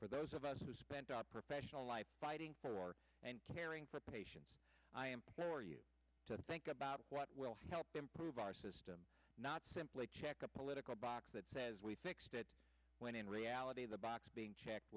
for those of us who spent our professional life fighting for and caring for patients i implore you to think about what will help improve our system not simply check a political box that says we fixed it when in reality the box being checked